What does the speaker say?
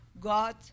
God